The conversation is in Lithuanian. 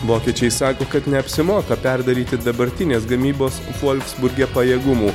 vokiečiai sako kad neapsimoka perdaryti dabartinės gamybos folksburge pajėgumų